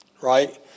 right